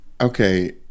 Okay